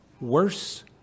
worse